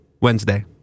Wednesday